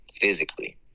Physically